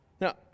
Now